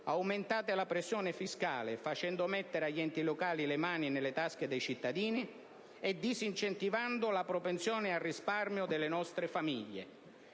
aumentate la pressione fiscale, facendo mettere agli enti locali le mani nelle tasche dei cittadini e disincentivando la propensione al risparmio delle nostre famiglie.